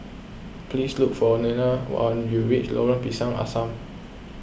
please look for Nena when you reach Lorong Pisang Asam